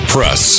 Press